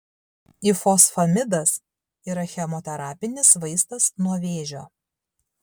ifosfamidas yra chemoterapinis vaistas nuo vėžio